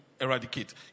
eradicate